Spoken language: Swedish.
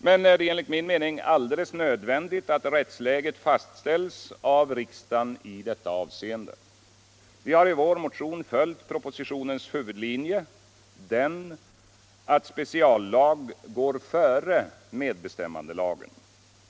Det är enligt min mening alldeles nödvändigt att rättsläget fastställs av riksdagen i detta avseende. Vi har i vår motion följt propositionens huvudlinje att speciallag går före medbestämmandelagen.